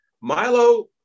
Milo